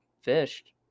fished